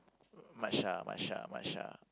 much lah much lah much lah